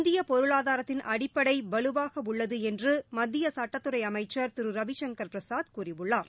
இந்திய பொருளாதாரத்தின் அடிப்படை வலுவாக உள்ளது என்று மத்திய சுட்டஅமைச்சர் திரு ரவிசங்கர் பிரசாத் கூறியுள்ளார்